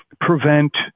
prevent